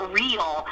real